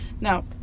now